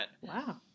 Wow